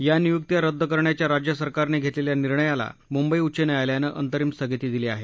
या नियुक्त्या रद्द करण्याच्या राज्य सरकारने घेतलेल्या निर्णयाला मुंबई उच्च न्यायालयानं अंतरिम स्थगिती दिली आहे